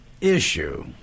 issue